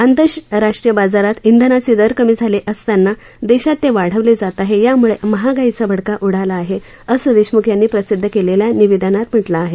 आंतरराष्ट्रीय बाजारात इंधनाचे दर कमी झालेले असताना देशात ते वाढवले जात आहेत यामुळे महागाईचा भडका उडाला आहे असं देशमुख यांनी प्रसिद्ध केलेल्या निवेदनात म्हटलं आहे